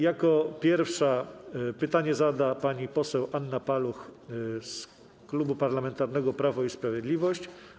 Jako pierwsza pytanie zada pani poseł Anna Paluch z Klubu Parlamentarnego Prawo i Sprawiedliwość.